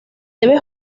debe